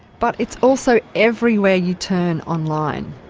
but it's also everywhere you turn online.